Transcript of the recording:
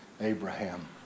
Abraham